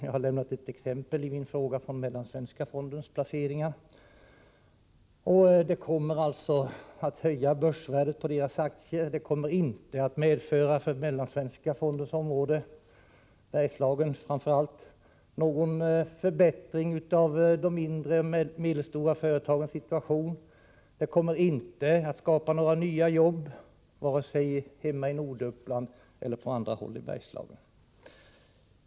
Jag har i min fråga lämnat exempel från Mellansvenska fondens placeringar. Dessa kommer att höja börsvärdet på dessa företags aktier. Det kommer inte att för Mellansvenska fondens område — framför allt Bergslagen — medföra någon förbättring av de mindre och medelstora företagens situation. Det kommer inte att skapa några nya jobb, varken i Norduppland eller i Bergslagen.